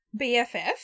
BFF